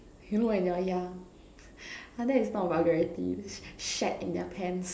you know when you are young !huh! that is not vulgarity shat in their pants